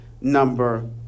number